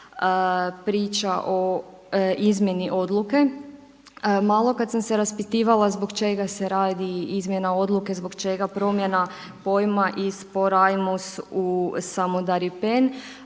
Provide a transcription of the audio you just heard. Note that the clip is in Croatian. priča o izmjeni odluke. Malo kad sam se raspitivala zbog čega se radi izmjena odluke, zbog čega promjena pojma iz Porajmos u Samudaripen